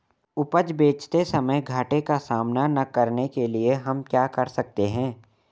उपज बेचते समय घाटे का सामना न करने के लिए हम क्या कर सकते हैं?